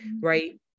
right